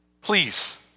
please